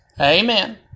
Amen